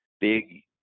big